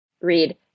read